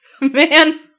man